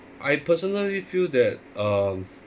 I personally feel that um